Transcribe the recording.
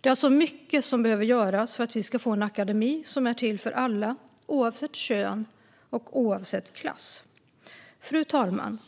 Det är alltså mycket som behöver göras för att vi ska få en akademi som är till för alla, oavsett kön och oavsett klass. Fru talman!